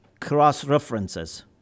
cross-references